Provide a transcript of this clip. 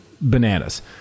bananas